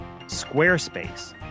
Squarespace